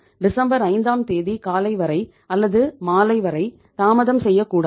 December 5ஆம் தேதி காலை வரை அல்லது மாலை வரை தாமதம் செய்யக்கூடாது